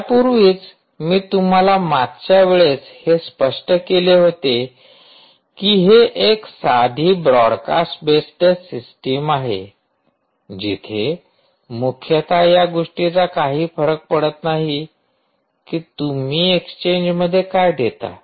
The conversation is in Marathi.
यापूर्वीच मी तुम्हाला मागच्या वेळेस हे स्पष्ट केले होते ही एक साधी ब्रॉडकास्ट बेस्ड सिस्टीम आहे जिथे मुख्यतः या गोष्टीचा काही फरक पडत नाही की तुम्ही एक्सचेंजमध्ये काय देता